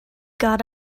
got